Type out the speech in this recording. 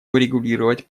урегулировать